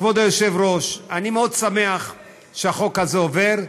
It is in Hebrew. כבוד היושב-ראש, אני מאוד שמח שהחוק הזה עובר.